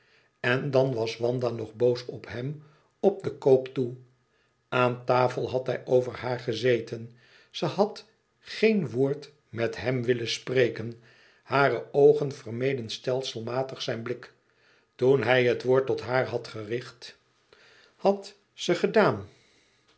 en dan was wanda nog boos op hem op den koop toe aan tafel had hij over haar gezeten ze had geen woord met hem willen spreken hare oogen vermeden stelselmatig zijn blik toen hij het woord tot haar had gericht had ze gedaan